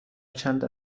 چند